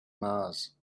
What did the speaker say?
mars